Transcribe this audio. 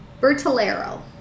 Bertolero